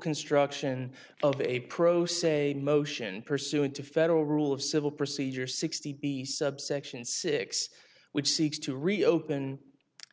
construction of a pro se motion pursuant to federal rule of civil procedure sixty subsection six which seeks to reopen